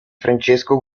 francesco